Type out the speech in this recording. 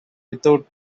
without